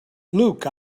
luke